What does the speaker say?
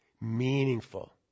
Meaningful